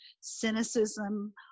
cynicism